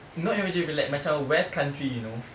not even J_B like macam west countries you know